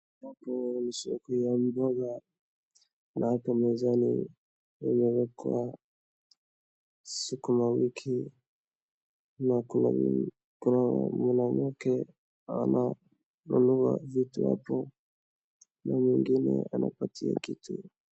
Hapo ni soko ya mboga. Na hapo mezani pamewekwa sukumawiki. Na kuna mwanamke ananunua vitu hapo, na mwingine anapatia kitu.